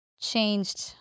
changed